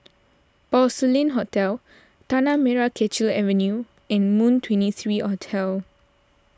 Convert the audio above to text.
Porcelain Hotel Tanah Merah Kechil Avenue and Moon twenty three Hotel